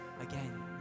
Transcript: again